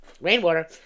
rainwater